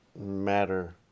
matter